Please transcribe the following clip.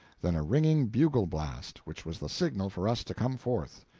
then a ringing bugle-blast, which was the signal for us to come forth.